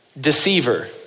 deceiver